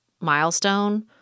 milestone